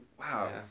Wow